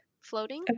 floating